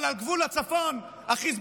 אבל על גבול הצפון החיזבאללה